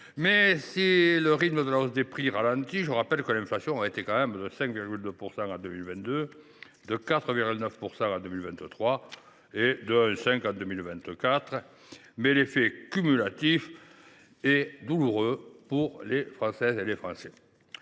Si le rythme de la hausse des prix ralentit, je rappelle que l’inflation a été de 5,2 % en 2022, de 4,9 % en 2023 et de 1,5 % en 2024. L’effet cumulatif est douloureux pour les Françaises et les Français.